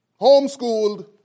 homeschooled